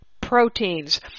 proteins